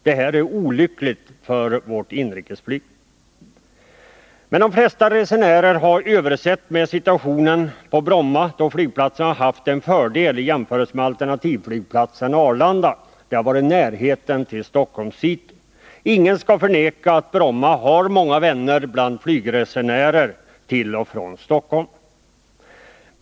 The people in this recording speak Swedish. Detta har varit olyckligt för vårt inrikesflyg. Men de flesta resenärer har översett med situationen på Bromma, då flygplatsen har haft en fördel i jämförelse med alternativflygplatsen Arlanda: närheten till Stockholms city. Ingen kan förneka att Bromma har många vänner bland flygresenärerna till och från Stockholm.